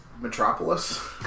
Metropolis